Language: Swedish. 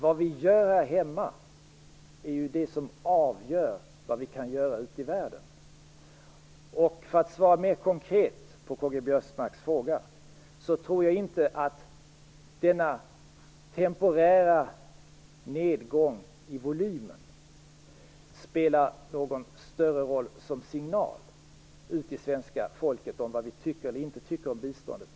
Vad vi gör här hemma är det som avgör vad vi kan göra ute i världen. För att svara mer konkret på Karl-Göran Biörsmarks fråga tror jag inte att denna temporära nedgång i volymen spelar någon större roll som signal till svenska folket om vad vi tycker eller inte tycker om biståndet.